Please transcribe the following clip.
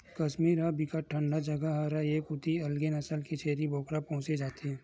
कस्मीर ह बिकट ठंडा जघा हरय ए कोती अलगे नसल के छेरी बोकरा पोसे जाथे